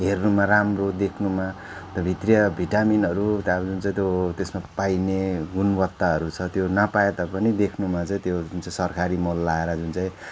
हेर्नुमा राम्रो देख्नुमा भित्रिया भिटामिनहरू अब जुन चाहिँ त्यो त्यसमा पाइने गुणवत्ताहरू छ त्यो नपाए तापनि देख्नुमा चाहिँ त्यो जुन चाहिँ त्यो सरकारी मल लगाएर जुन चाहिँ